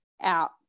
out